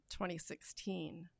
2016